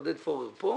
עודד פורר כאן,